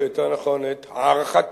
או יותר נכון את הערכתי,